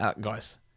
Guys